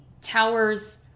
towers